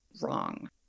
wrong